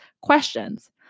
questions